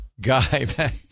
guy